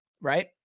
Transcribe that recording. right